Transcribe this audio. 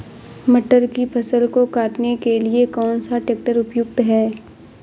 मटर की फसल को काटने के लिए कौन सा ट्रैक्टर उपयुक्त है?